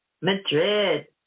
Madrid